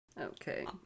Okay